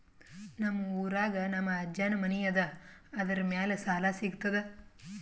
ನಮ್ ಊರಾಗ ನಮ್ ಅಜ್ಜನ್ ಮನಿ ಅದ, ಅದರ ಮ್ಯಾಲ ಸಾಲಾ ಸಿಗ್ತದ?